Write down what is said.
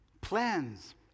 plans